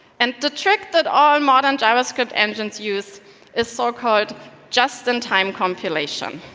and the trick that all modern javascript engines use is so-called just in time compilation,